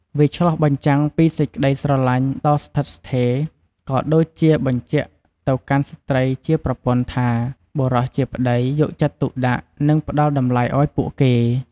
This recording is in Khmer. វាឆ្លុះបញ្ចាំងពីសេចក្ដីស្រឡាញ់ដ៏ស្ថិតស្ថេរ ក៏ដូចជាបញ្ជាក់ទៅកាន់ស្ត្រីជាប្រពន្ធថា បុរសជាប្ដីយកចិត្តទុកដាក់ និងផ្ដល់តម្លៃឱ្យពួកគេ។